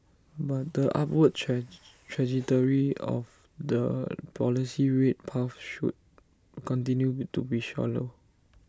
but the upward trajectory of the policy rate path should continue to be shallow